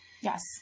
Yes